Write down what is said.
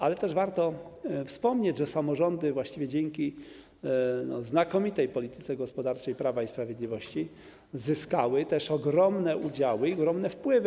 Ale też warto wspomnieć, że samorządy dzięki znakomitej polityce gospodarczej Prawa i Sprawiedliwości zyskały też ogromne udziały i ogromne wpływy.